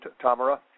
Tamara